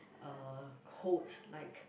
uh codes like